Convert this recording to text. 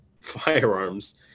firearms